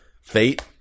fate